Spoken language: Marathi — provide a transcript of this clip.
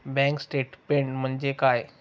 बँक स्टेटमेन्ट म्हणजे काय?